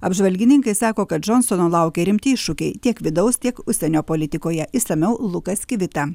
apžvalgininkai sako kad džonsono laukia rimti iššūkiai tiek vidaus tiek užsienio politikoje išsamiau lukas kivita